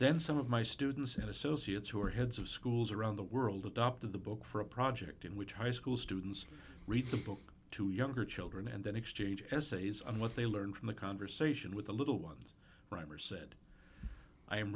then some of my students and associates who are heads of schools around the world adopted the book for a project in which high school students read the book to younger children and then exchange essays on what they learned from the conversation with the little ones rymer said i